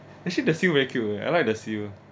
actually the seal very cute leh I like the seal